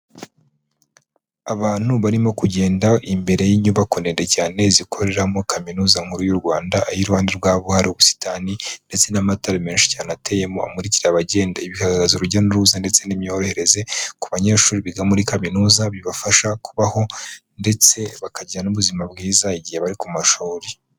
Abantu barimo kugenda imbere y'inyubako ndende cyane zikoreramo kaminuza nkuru y'u Rwanda, aho iruhande rwabo hari ubusitani ndetse n'amatara menshi cyane ateyemo, amurikira abagenda, ibi bigaragaza urujya n'uruza ndetse n'imyorohereze ku banyeshuri biga muri kaminuza, bibafasha kubaho ndetse bakajyira n'ubuzima bwiza igihe bari ku mashuri.